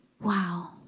Wow